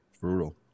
Brutal